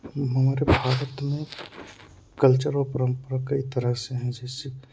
हमारे भारत में कल्चर और परम्परा एक तरह से हैं जैसे